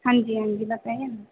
हाँ जी हाँ जी बताइए ना